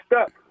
up